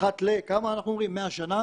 אחת למאה שנה,